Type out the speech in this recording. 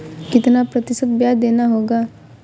कितना प्रतिशत ब्याज देना होगा?